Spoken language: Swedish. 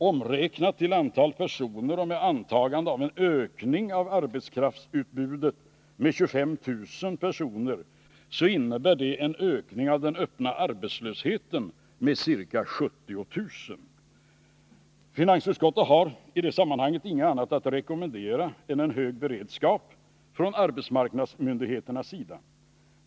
Omräknat till antal personer och med ett antagande om en ökning av arbetskraftsutbudet med 25 000 personer skulle detta innebära en ökning av den öppna arbetslösheten med ca 70 000 personer.” Finansutskottet har ingenting annat att rekommendera än en hög beredskap från arbetsmarknadsmyndigheternas sida.